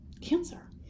cancer